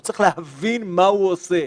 הוא צריך להבין מה הוא עושה.